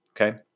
Okay